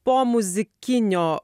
po muzikinio